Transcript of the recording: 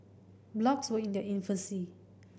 blogs were in their infancy